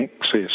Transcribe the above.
access